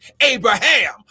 Abraham